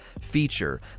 feature